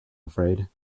afraid